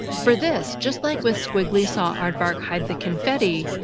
for this, just like with squiggly saw aardvark hide the confetti,